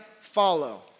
follow